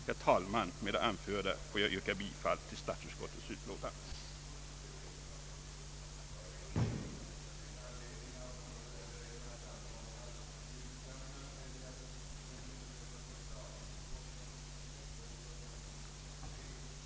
Herr talman! Med det anförda får jag yrka bifall till utskottets hemställan. att en snabbutredning måtte tillsättas om hur § 5 i radiolagen — och andra delar av lagen som hade samband med den — borde ändras för att liberalisera reglerna för trådöverföring av program till och i Sverige, samt